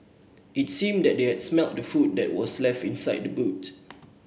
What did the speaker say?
it seemed that they had smelt the food that were left in side boot